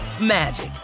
magic